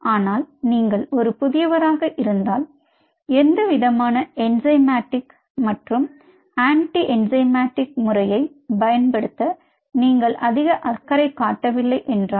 ஆனால் நீங்கள் ஒரு புதியவராக இருந்தால் எந்தவிதமான என்சமாடிக் மற்றும் ஆன்டி என்சமாடிக் முறையை பயன்படுத்த நீங்கள் அதிக அக்கறை காட்டவில்லை என்றால்